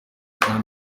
kandi